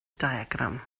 diagram